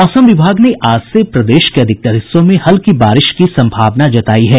मौसम विभाग ने आज से प्रदेश के अधिकतर हिस्सों में हल्की बारिश की संभावना जतायी है